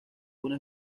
una